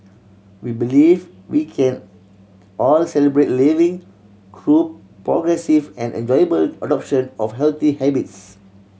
we believe we can all Celebrate Living through progressive and enjoyable adoption of healthy habits